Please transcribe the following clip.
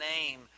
name